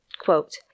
Quote